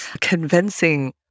convincing